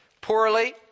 poorly